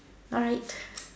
alright